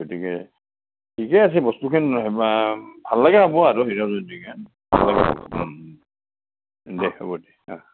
গতিকে ঠিকে আছে বস্তুখিন ভাল লাগে হ'ব আৰু হীৰক জয়ন্তীখন হ'ব দে হ'ব দে